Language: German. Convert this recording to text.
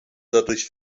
dadurch